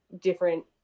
different